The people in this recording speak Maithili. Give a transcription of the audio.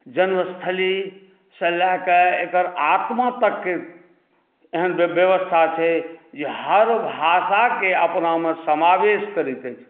जन्मस्थलीसँ लए कऽ एकर आत्मा तकके एहन जे व्यवस्था छै जे हर भाषाकेँ अपनामे समावेश करैत अछि